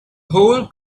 whole